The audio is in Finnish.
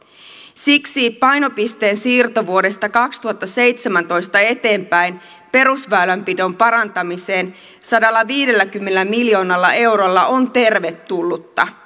siksi painopisteen siirto vuodesta kaksituhattaseitsemäntoista eteenpäin perusväylänpidon parantamiseen sadallaviidelläkymmenellä miljoonalla eurolla on tervetullutta